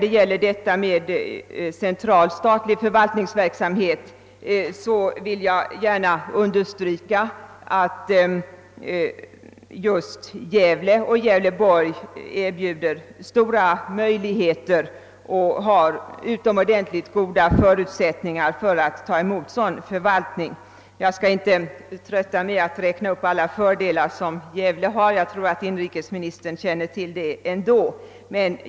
Jag vill gärna understryka att Gävle och Gävleborgs län erbjuder stora möjligheter när det gäller central förvaltningsverksamhet. Där finns utomordentligt goda förutsättningar för en sådan verksamhet. Jag skall inte trötta kammarens ledamöter med att räkna upp alla de fördelar som Gävle har, eftersom jag tror att inrikesministern känner till dessa.